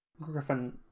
Griffin